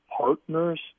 partners